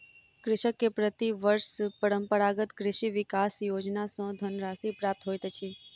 कृषक के प्रति वर्ष परंपरागत कृषि विकास योजना सॅ धनराशि प्राप्त होइत अछि